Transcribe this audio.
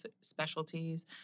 specialties